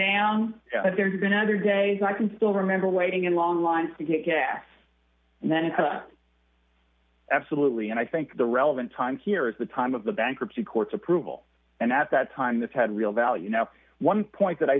down there's been other days i can still remember waiting in long lines to get gas and then it's absolutely and i think the relevant time here is the time of the bankruptcy court approval and at that time this had real value now one point that i